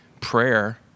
prayer